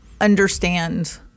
understand